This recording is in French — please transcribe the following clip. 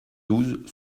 douze